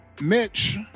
Mitch